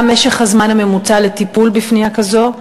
2. מה היה משך הזמן הממוצע בטיפול בפנייה כזאת?